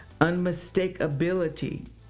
unmistakability